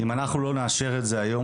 אם אנחנו לא נאשר את זה היום,